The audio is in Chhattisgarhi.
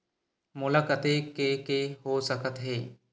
मोला कतेक के के हो सकत हे?